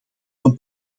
een